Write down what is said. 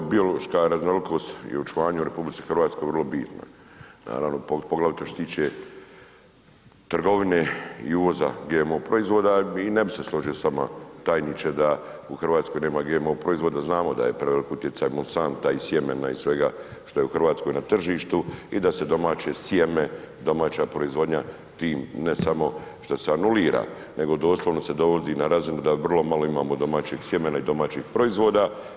Evo biološka raznolikost i očuvanje u RH vrlo bitna naravno poglavito što se tiče trgovine i uvoza GMO proizvoda i ne bi se složio s vama, tajniče, da u Hrvatskoj nema GMO proizvoda, znamo da je ... sjemena i svega što je u Hrvatskoj na tržištu i da se domaće sjeme, domaća proizvodnja tim, ne samo što se anulira, nego doslovno se dovodi na razinu da vrlo malo imamo domaćeg sjemena i domaćih proizvoda.